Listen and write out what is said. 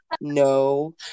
No